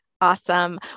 Awesome